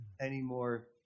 anymore